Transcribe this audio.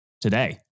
today